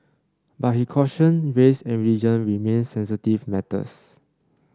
but he cautioned race and religion remained sensitive matters